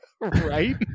Right